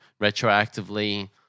retroactively